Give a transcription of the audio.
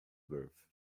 birth